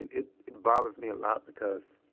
and it bothers me a lot because